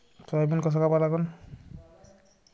Soybean कस कापा लागन?